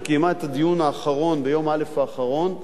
שקיימה את הדיון האחרון ביום א' האחרון,